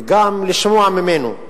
וגם לשמוע ממנו.